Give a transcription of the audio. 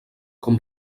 com